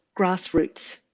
grassroots